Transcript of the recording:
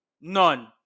None